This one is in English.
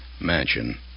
Mansion